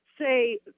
say